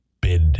bid